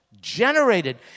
generated